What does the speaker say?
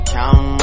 Count